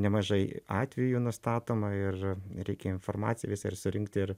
nemažai atvejų nustatoma ir reikia informacijos ir surinkt ir